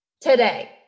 today